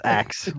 axe